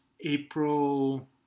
April